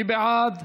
מי בעד?